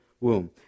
womb